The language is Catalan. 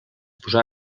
posà